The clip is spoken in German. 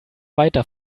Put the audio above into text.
weiter